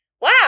wow